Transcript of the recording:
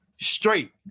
straight